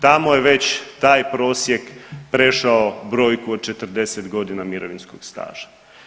Tamo je već taj prosjek prešao brojku od 40 godina mirovinskog staža.